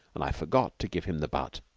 and i forgot to give him the butt.